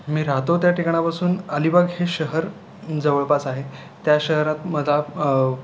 मी राहतो त्या ठिकाणापासून अलिबाग हे शहर जवळपास आहे त्या शहरात मला